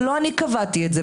אבל לא אני קבעתי את זה.